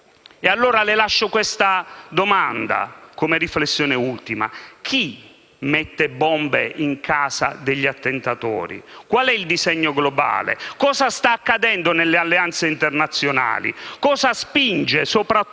polizia. Le lascio questa domanda, come riflessione ultima: chi mette bombe in casa degli attentatori? Qual è il disegno globale? Cosa sta accadendo nelle alleanze internazionali? Cosa spinge, soprattutto,